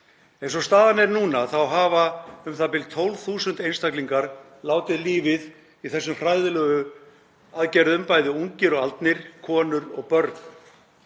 Eins og staðan er núna þá hafa u.þ.b. 12.000 einstaklingar látið lífið í þessum hræðilegu aðgerðum, bæði ungir og aldnir, konur og börn.